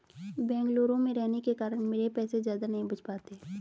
बेंगलुरु में रहने के कारण मेरे पैसे ज्यादा नहीं बच पाते